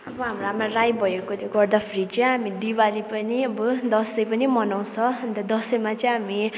अब हाम्रो आमा राई भएकोले गर्दाखेरि चाहिँ हामी दिवाली पनि अब दसैँ पनि मनाउँछ अन्त दसैँमा चाहिँ हामी